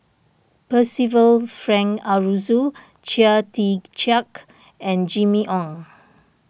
Percival Frank Aroozoo Chia Tee Chiak and Jimmy Ong